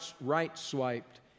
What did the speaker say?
right-swiped